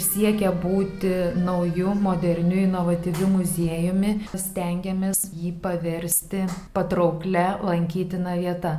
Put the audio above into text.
siekia būti nauju modernių inovatyviu muziejumi stengiamės jį paversti patrauklia lankytina vieta